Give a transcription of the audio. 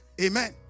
Amen